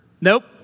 Nope